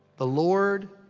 the lord